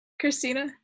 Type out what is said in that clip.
christina